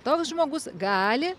toks žmogus gali